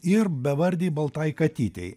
ir bevardei baltai katytei